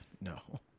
No